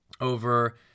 over